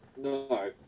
No